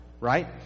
Right